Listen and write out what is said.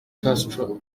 castro